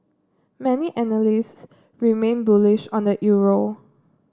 many analysts remain bullish on the euro